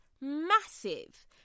massive